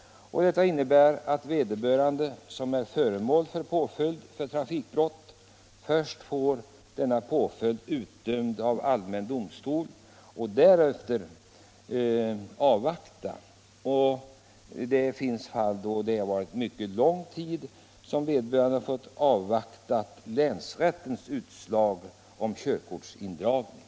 Detta innebär att den som gjort sig skyldig till trafikbrott först får påföljden utdömd av allmän domstol och därefter får avvakta — det har hänt att man fått göra det under mycket lång tid — länsrättens utslag om körkortsindragningen.